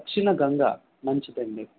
దక్షిణగంగ మంచిది అండి